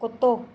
कुतो